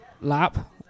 lap